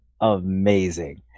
amazing